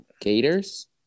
gators